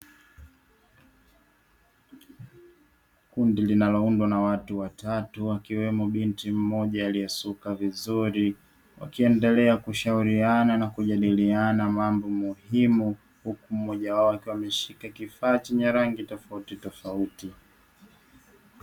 Kundi linaloundwa na watu watatu, akiwemo binti mmoja aliyesuka vizuri; wakiendelea kushauriana na kujadiliana mambo muhimu huku mmoja wao akiwa ameshika kifaa chenye rangi tofautitofauti.